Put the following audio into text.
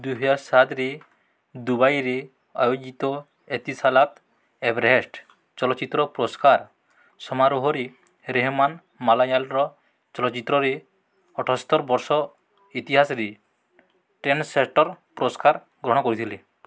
ଦୁଇହଜାର ସାତରେ ଦୁବାଇରେ ଆୟୋଜିତ ଏତିସାଲାତ ଏଭରେଷ୍ଟ୍ ଚଳଚ୍ଚିତ୍ର ପୁରସ୍କାର ସମାରୋହରେ ରେହମାନ ମାଲୟାଲର ଚଳଚ୍ଚିତ୍ରର ଅଠସ୍ତର ବର୍ଷ ଇତିହାସରେ ଟ୍ରେଣ୍ଡସେଟ ପୁରସ୍କାର ଗ୍ରହଣ କରିଥିଲେ